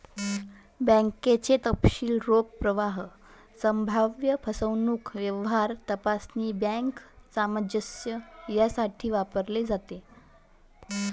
बँकेचे तपशील रोख प्रवाह, संभाव्य फसवणूक, व्यवहार तपासणी, बँक सामंजस्य यासाठी वापरले जातात